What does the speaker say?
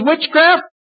witchcraft